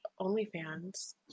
OnlyFans